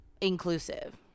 inclusive